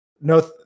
no